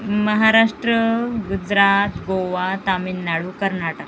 Maharashtra Gujarat Goa Tamil Nadu Karnataka